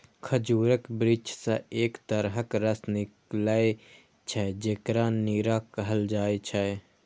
खजूरक वृक्ष सं एक तरहक रस निकलै छै, जेकरा नीरा कहल जाइ छै